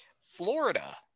Florida